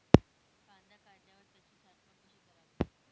कांदा काढल्यावर त्याची साठवण कशी करावी?